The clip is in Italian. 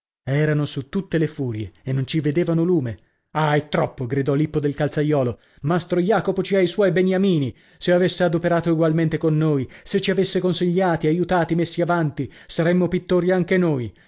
erano su tutte le furie e non ci vedevano lume ah è troppo gridò lippo del calzaiolo mastro jacopo ci ha i suoi beniamini se avesse adoperato egualmente con noi se ci avesse consigliati aiutati messi avanti saremmo pittori anche noi